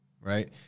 right